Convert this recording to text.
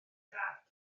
dad